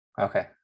Okay